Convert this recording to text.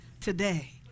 today